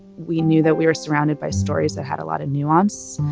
we knew that we were surrounded by stories that had a lot of nuance.